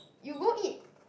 you go eat